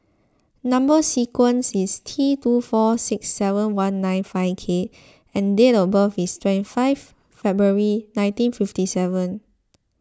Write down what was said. Number Sequence is T two four six seven one nine five K and date of birth is twenty five February nineteen fifty seven